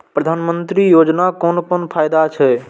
प्रधानमंत्री योजना कोन कोन फायदा छै?